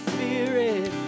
Spirit